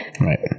Right